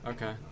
Okay